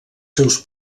seus